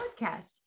podcast